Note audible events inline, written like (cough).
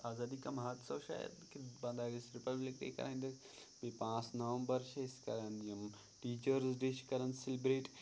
آزادی کا مَہتسَو شاید کہِ پنٛداہ اَگستہٕ رِپَبلِک ڈے کَران (unintelligible) بیٚیہِ پانٛژھ نومبر چھِ أسۍ کَران یِم ٹیٖچٲرٕز ڈے چھِ کَران سٮ۪لبرٛیٹ